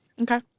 Okay